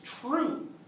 true